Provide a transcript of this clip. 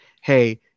hey